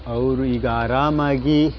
ಅವರು ಈಗ ಆರಾಮಾಗಿ